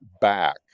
back